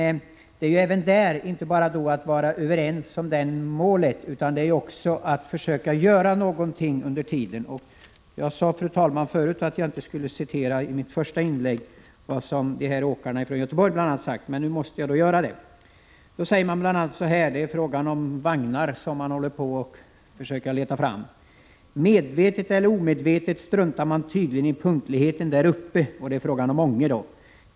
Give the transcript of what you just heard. Även här gäller det ju inte bara att vara överens om målet utan också att försöka göra någonting under tiden. Jag sade, fru talman, i mitt första inlägg att jag inte skulle citera vad åkarna från Göteborg sagt, men nu måste jag göra det. En åkare säger bl.a. när det gäller vagnar som man försöker leta fram: ”Medvetet eller omedvetet struntar man tydligen i punktligheten där uppe.” — i Ånge.